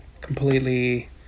completely